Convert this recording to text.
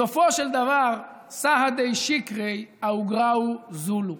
בסופו של דבר, "סהדי שקרי אאוגרייהו זילי".